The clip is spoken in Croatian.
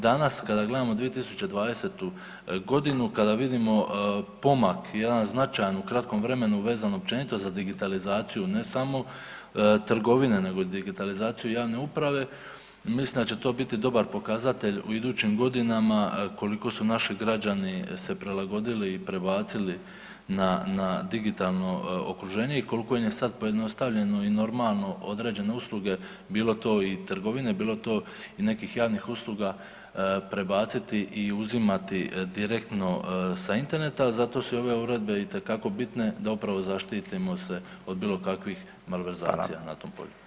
Danas kada gledamo 2020.g., kada vidimo pomak jedan značajan u kratkom vremenu vezano općenito za digitalizaciju, ne samo trgovine nego digitalizaciju i javne uprave, mislim da će to biti dobar pokazatelj u idućim godinama koliko su naši građani se prilagodili i prebacili na, na digitalno okruženje i kolko im je sad pojednostavljeno i normalno određene usluge bilo to i trgovine, bilo to i nekih javnih usluga prebaciti i uzimati direktno sa interneta, zato su i ove uredbe itekako bitne da upravo zaštitimo se od bilo kakvih malverzacija na tom polju.